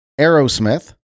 Aerosmith